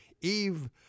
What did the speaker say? Eve